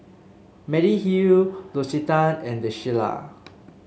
Mediheal L'Occitane and The Shilla